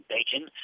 Bacon